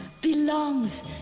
belongs